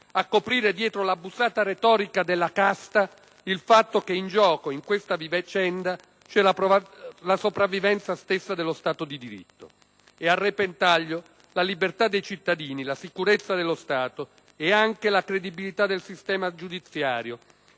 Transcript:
a coprire dietro l'abusata retorica della "casta" il fatto che in gioco in questa vicenda c'è la sopravvivenza stessa dello Stato di diritto. È a repentaglio la libertà dei cittadini, la sicurezza dello Stato e anche la credibilità del sistema giudiziario,